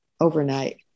overnight